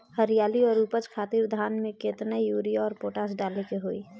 हरियाली और उपज खातिर धान में केतना यूरिया और पोटाश डाले के होई?